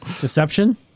Deception